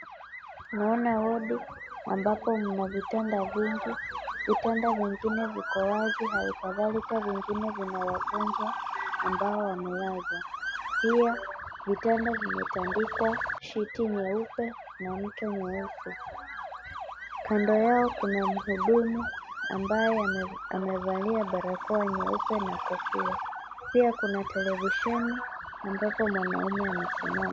Naona wodi ambapo mna vitanda vingi. Vitanda vingine viko wazi, hali kadhalika vingine vina wagonjwa ambao wamelazwa. Pia vitanda vimetandikwa shiti nyeupe na mto nyeusi. Kando yao kuna mhudumu ambaye amevalia barakoa nyeupe na kofia. Pia kuna televisheni ambapo mwanaume amesimama.